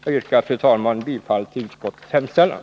Jag yrkar, fru talman, bifall till utskottets hemställan.